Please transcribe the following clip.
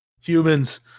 Humans